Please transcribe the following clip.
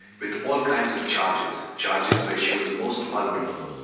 with all kinds of charges, charges where she was most vulnerable.